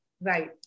Right